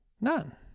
None